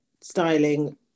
styling